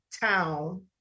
town